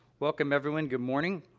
welcome, everyone. good morning.